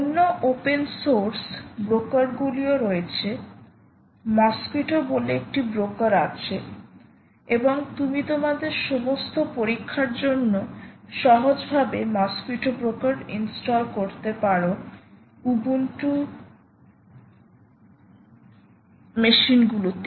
অন্য open source ব্রোকারগুলিও রয়েছে মসকুইটো বলে একটি ব্রোকার আছে এবং তুমি তোমাদের সমস্ত পরীক্ষার জন্য সহজভাবে মসকুইটো ব্রোকার ইনস্টল করতে পারো উবুন্টু সেক্সমেশিনগুলিতে